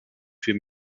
für